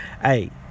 Hey